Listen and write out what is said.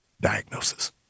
diagnosis